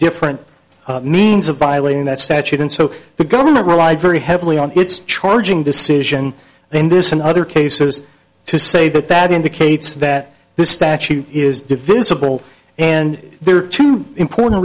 different means of violating that statute and so the government relied very heavily on its charging decision then this and other cases to say that that indicates that this statute is divisible and there are two important